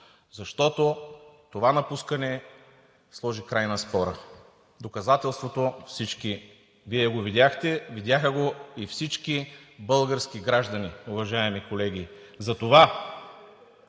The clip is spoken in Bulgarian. защото това напускане сложи край на спора. Доказателството всички Вие го видяхте, видяха го и всички български граждани, уважаеми колеги! Мисля,